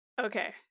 Okay